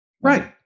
Right